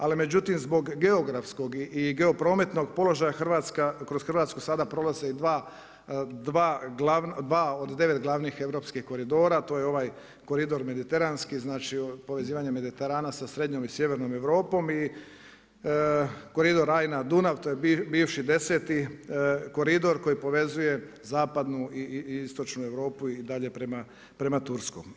Ali međutim zbog geografskog i geoprometnog položaja, kroz Hrvatsku sada prolaze i dva od devet glavnih europskih koridora, to je ovaj koridor Mediteranski, znači povezivanje Mediterana sa srednjom i sjevernom Europom i koridor Rajna-Dunav, to je bivši deseti koridor koji povezuje zapadnu i istočnu Europu i dalje prema turskom.